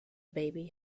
baby